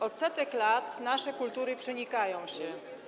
Od setek lat nasze kultury przenikają się.